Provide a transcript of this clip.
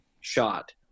shot